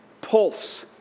pulse